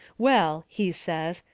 well, he says,